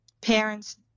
parents